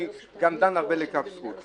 אני גם דן לכף זכות.